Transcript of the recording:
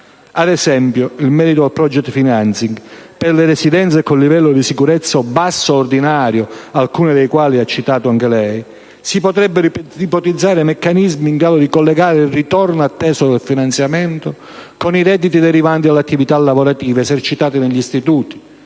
Ad esempio, in merito al *project financing*, per le residenze con livello di sicurezza basso o ordinario, che lei stesso ha citato, si potrebbero ipotizzare meccanismi in grado di collegare il ritorno atteso del finanziamento con i redditi derivanti dalle attività lavorative esercitate negli istituti,